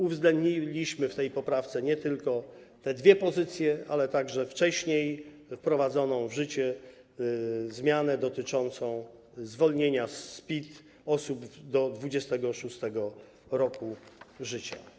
Uwzględniliśmy w tej poprawce nie tylko te dwie pozycje, ale także wcześniej wprowadzoną w życie zmianę dotyczącą zwolnienia z PIT osób do 26. roku życia.